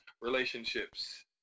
relationships